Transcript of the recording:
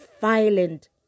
violent